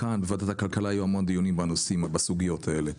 כאן בוועדת הכלכלה היו המון דיונים בסוגיות האלה.